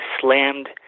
slammed